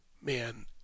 Man